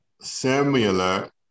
similar